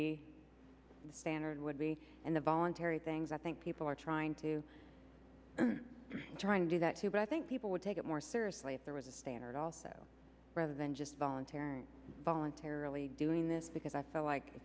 be standard would be in the voluntary things i think people are trying to do trying to do that too but i think people would take it more seriously if there was a standard also rather than just voluntary voluntarily doing this because i feel like